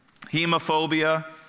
Hemophobia